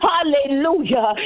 Hallelujah